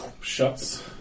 shuts